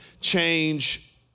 change